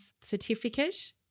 certificate